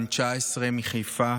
בן 19 מחיפה,